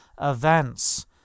events